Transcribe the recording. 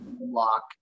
lock